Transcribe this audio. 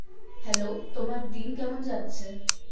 hello তোমার দিন কেমন যাচ্ছে